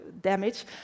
damage